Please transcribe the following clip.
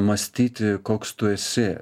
mąstyti koks tu esi